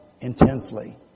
intensely